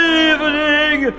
evening